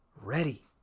ready